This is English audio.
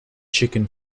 chicken